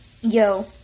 Yo